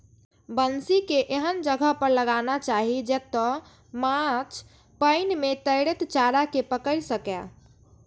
बंसी कें एहन जगह पर लगाना चाही, जतय माछ पानि मे तैरैत चारा कें पकड़ि सकय